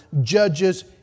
judges